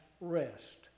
rest